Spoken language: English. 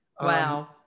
Wow